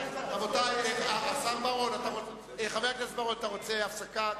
רבותי, חבר הכנסת בר-און, אתה רוצה הפסקה?